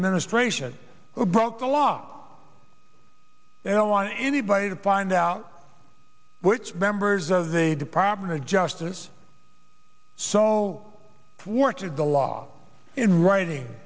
administration who broke the law they don't want anybody to find out which members of the department of justice so warranted the law in writing